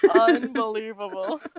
Unbelievable